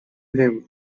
him